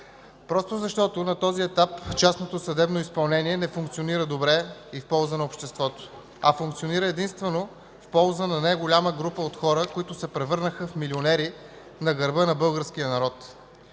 просто защото на този етап частното съдебно изпълнение не функционира добре и в полза на обществото, а функционира единствено в полза на една голяма група от хора, които се превърнаха в милионери на гърба на българския народ.